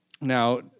Now